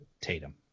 Tatum